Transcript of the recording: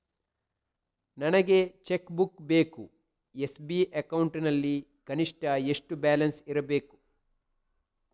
ನನಗೆ cheque book ಬೇಕು SB account ನಲ್ಲಿ ಕನಿಷ್ಠ ಎಷ್ಟು ಬ್ಯಾಲೆನ್ಸ್ ಇರಬೇಕು?